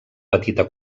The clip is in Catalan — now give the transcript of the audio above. petita